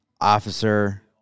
Officer